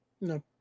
No